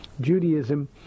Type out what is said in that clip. Judaism